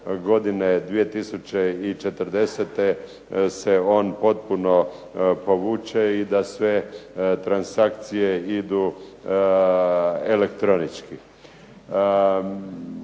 godine 2040. se on potpuno povuče i da sve transakcije idu elektronički.